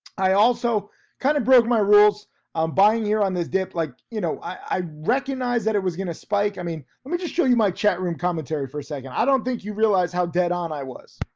i also kind of broke my rules on buying here on this dip. like you know, i recognize that it was gonna spike i mean, lemme just show you my chatroom commentary for a second. i don't think you realize how dead on i was.